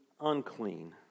unclean